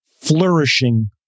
flourishing